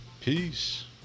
Peace